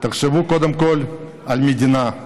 תחשבו קודם כול על המדינה,